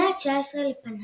במאה ה-19 לפנה"ס,